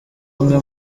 umwe